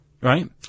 Right